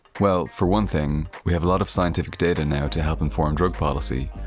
well, for one thing, we have a lot of scientific data now to help inform drug policy.